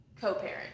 co-parent